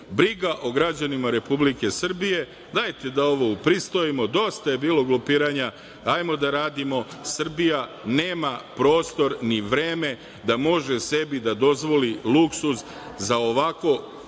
briga o građanima Republike Srbije, dajte da ovo upristojimo, dosta je bilo glupiranja, hajmo da radimo, Srbija nema prostor i vreme da može sebi da dozvoli luksuz za ovakvo